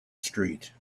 street